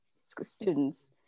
students